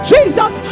Jesus